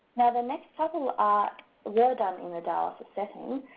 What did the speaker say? now, the next several ah were done in the dialysis setting,